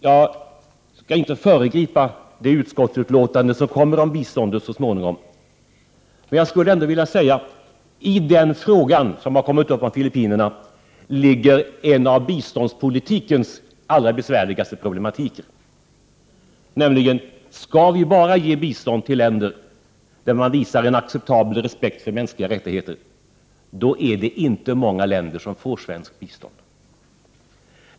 Jag skall inte föregripa det utskottsbetänkande som kommer om biståndet så småningom, men jag skulle ändå vilja säga att i frågan om Filippinerna ligger ett av biståndspolitikens allra besvärligaste problem, nämligen: Skall vi bara ge bistånd till länder där man visar en acceptabel respekt för mänskliga rättigheter? I så fall skulle inte många länder få svenskt bistånd.